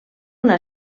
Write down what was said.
una